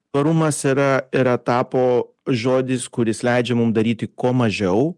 tvarumas yra yra tapo žodis kuris leidžia mum daryti kuo mažiau